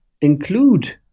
include